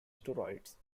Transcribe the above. steroids